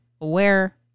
aware